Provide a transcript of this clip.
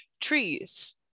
trees